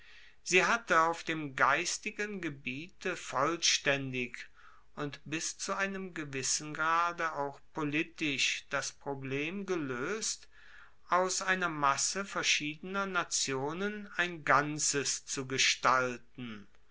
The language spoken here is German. sie hatte auf dem geistigen gebiete vollstaendig und bis zu einem gewissen grade auch politisch das problem geloest aus einer masse verschiedener nationen ein ganzes zu gestalten